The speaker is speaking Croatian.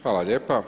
Hvala lijepa.